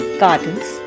gardens